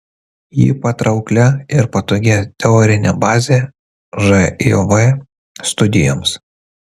jį patrauklia ir patogia teorine baze živ studijoms